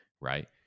Right